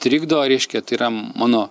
trikdo reiškia tai yra mano